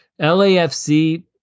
LAFC